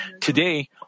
Today